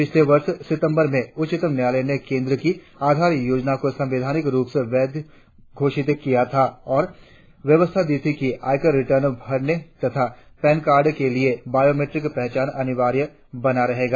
पिछले वर्ष सितंबर में उच्चतम न्यायालय ने केंद्र की आधार योजना को संवैधानिक रुप से वैध घोषित किया था और व्यवस्था दी थी कि आयकर रिटर्न भरने तथा पैन कार्ड के लिए बायोमैट्रिक पहचान अनिवार्य बना रहेगा